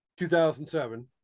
2007